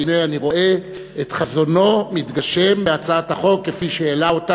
והנה אני רואה את חזונו מתגשם בהצעת החוק כפי שהעלה אותה